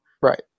Right